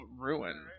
Ruin